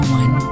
one